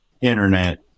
internet